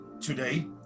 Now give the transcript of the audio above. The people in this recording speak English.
today